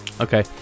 Okay